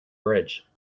bridge